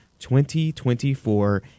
2024